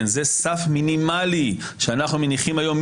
כן, זה סף מינימלי שאנחנו מניחים היום.